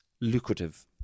Lucrative